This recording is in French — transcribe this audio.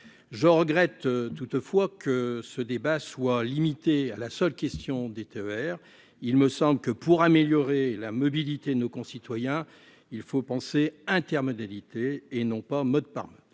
Je regrette toutefois que ce débat soit limité à la seule question des TER. Il me semble en effet que, pour améliorer la mobilité de nos concitoyens, il faut penser intermodalité et non pas mode par mode.